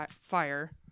fire